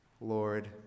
lord